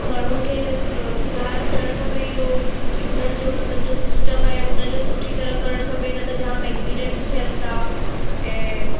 माण्हुन खे अ सुधारु थियणु खपे इहो सिग्नल जो मतलबु सिस्टम आहे हुनजो सुठी तरह करणु खपे न त जामु एक्सीडेंट थियनि था ऐं